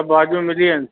सभु भाॼियूं मिली वेंदियूं